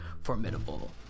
formidable